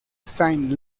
saint